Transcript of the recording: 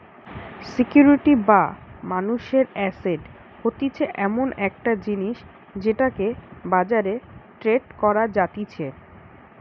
security বা মানুষের asset হতিছে এমন একটা জিনিস যেটাকে বাজারে ট্রেড করা যাতিছে